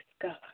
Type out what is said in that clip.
God